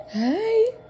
Hi